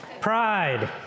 Pride